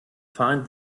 find